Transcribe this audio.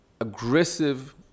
aggressive